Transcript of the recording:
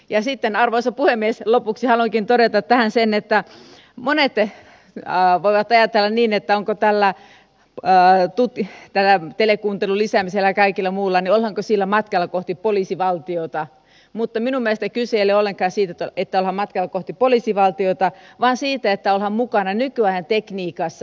ja sitten arvoisa puhemies lopuksi haluankin todeta tähän sen että monet voivat ajatella niin että ollaanko tällä telekuuntelun lisäämisellä ja kaikella muulla matkalla kohti poliisivaltiota mutta minun mielestäni kyse ei ole ollenkaan siitä että ollaan matkalla kohti poliisivaltiota vaan siitä että ollaan mukana nykyajan tekniikassa